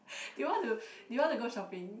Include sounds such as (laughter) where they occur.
(laughs) do you want to do you want to go shopping